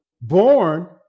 born